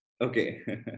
Okay